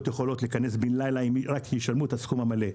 יכולות להיכנס בן לילה אם רק ישלמו את הסכום המלא.